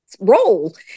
roll